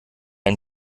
ein